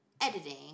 editing